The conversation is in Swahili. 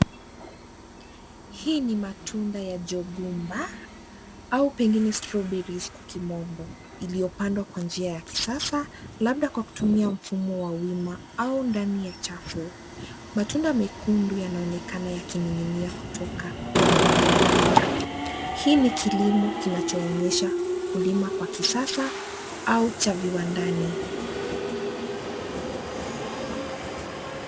Hii ni matunda ya jordgubbar au pengine strawberry kwa kimombo iliyopandwa kwa njia ya kisasa labda kwa kutumia mfumo wa wima au ndani ya chafu. Matunda mekundu yanaonekana yakining'inia kutoka kwenye mimea. Hii ni kilimo kinachoonyesha kulima kwa kisasa au cha viwandani.